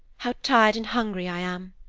how tired and hungry i am!